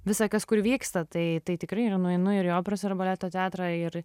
visą kas kur vyksta tai tai tikrai ir nueinu ir į operos ir baleto teatrą ir